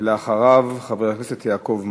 ולאחריו, חבר הכנסת יעקב מרגי.